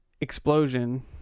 explosion